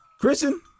Christian